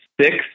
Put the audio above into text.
six